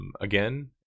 again